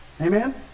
Amen